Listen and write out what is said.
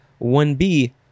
1B